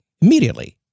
immediately